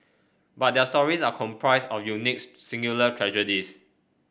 but their stories are composed of unique singular tragedies